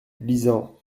lisant